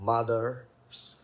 Mother's